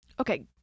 Okay